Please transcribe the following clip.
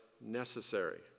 necessary